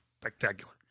spectacular